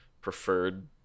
preferred